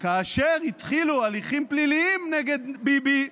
כאשר התחילו הליכים פליליים נגד ביבי,